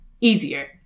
easier